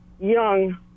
young